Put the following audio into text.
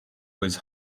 was